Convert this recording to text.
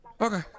Okay